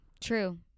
True